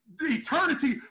eternity